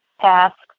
tasks